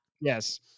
Yes